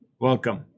Welcome